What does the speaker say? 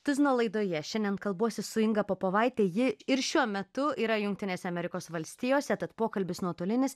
tuzino laidoje šiandien kalbuosi su inga popovaitė ji ir šiuo metu yra jungtinėse amerikos valstijose tad pokalbis nuotolinis